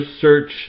search